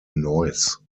neuss